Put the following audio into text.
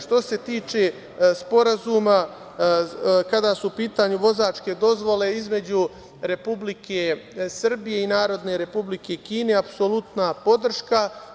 Što se tiče Sporazuma kada su u pitanju vozačke dozvole između Republike Srbije i Narodne Republike Kine, apsolutna podrška.